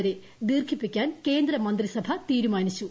വരെ ദീർഘിപ്പിക്കാൻ കേന്ദ്ര മന്ത്രിസഭ തീരുമാനിച്ചു